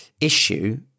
issue